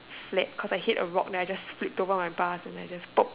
flat cause I hit a rock then I just split to one of my bars and I just pop